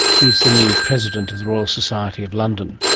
he is the new president of the royal society of london,